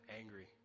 angry